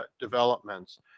developments